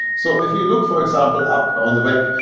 so if you look, for example, app on the web,